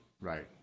Right